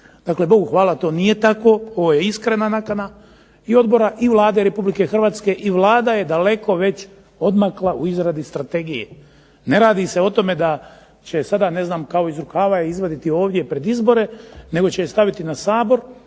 Dakle, Bogu hvala to nije tako, ovo je iskrena nakana i odbora i Vlade RH i Vlada je daleko već odmakla u izradi strategije. Ne radi se o tome da će sada ne znam kao iz rukava izvaditi je ovdje pred izbore nego će je staviti na Sabor